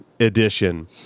edition